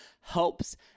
helps